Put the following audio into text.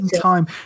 time